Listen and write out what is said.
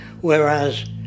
whereas